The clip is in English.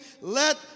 Let